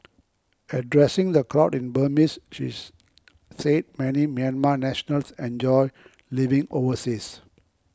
addressing the crowd in Burmese she's said many Myanmar nationals enjoy living overseas